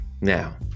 Now